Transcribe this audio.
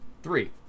three